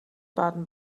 baden